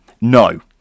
No